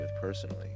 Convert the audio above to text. personally